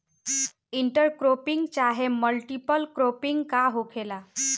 Inter cropping चाहे multiple cropping का होखेला?